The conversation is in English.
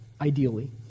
ideally